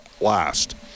last